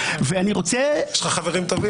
יש לך חברים טובים.